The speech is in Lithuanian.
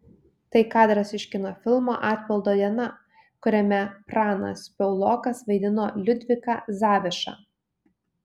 tai kadras iš kino filmo atpildo diena kuriame pranas piaulokas vaidino liudviką zavišą